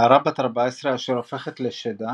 נערה בת 14 אשר הופכת לשדה